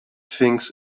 thinks